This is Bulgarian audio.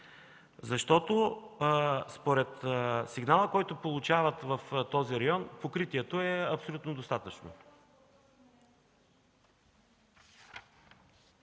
защото според сигнала, който получават в този район, покритието е абсолютно достатъчно.